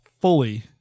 fully